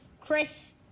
Chris